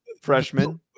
freshman